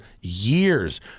years